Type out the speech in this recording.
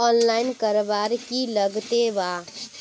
Online करवार की लगते वा?